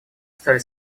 стали